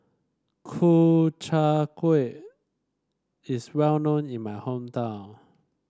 Ku Chai Kuih is well known in my hometown